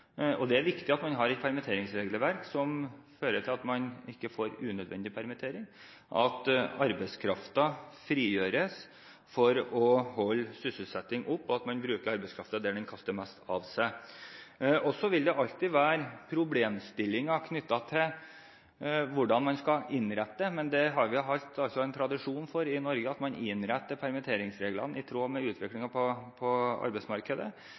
Det er viktig at man har et permitteringsregelverk som fører til at man ikke får unødvendig permittering, at arbeidskraften frigjøres for å holde sysselsettingen oppe, og at man bruker arbeidskraften der den kaster mest av seg. Så vil det alltid være problemstillinger knyttet til hvordan man skal innrette det, men i Norge har vi hatt en tradisjon for at man innretter permitteringsreglene i tråd med utviklingen på arbeidsmarkedet.